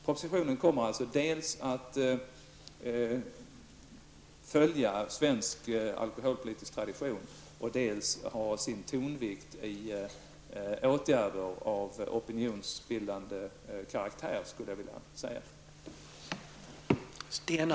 Propositionen kommer alltså dels att följa den svenska alkoholpolitiska traditionen, dels att ha sin tonvikt i åtgärder av opinionsbildande karaktär, skulle jag vilja säga.